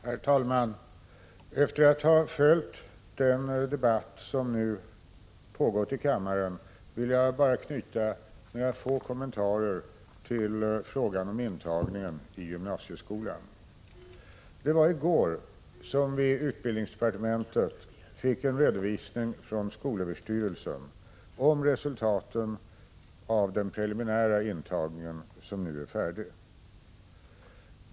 Herr talman! Efter att ha följt den debatt som nu har pågått i kammaren vill jag bara knyta några få kommentarer till frågan om intagningen i gymnasieskolan. I går fick vi i utbildningsdepartementet en redovisning från skolöverstyrelsen av resultaten av den preliminära intagningen, som nu är färdig.